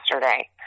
yesterday